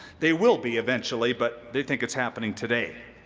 they will be eventually, but they think it's happening today.